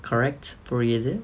correct புரியுது:puriyuthu